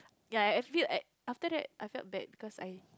ya I feel that after that I felt bad because I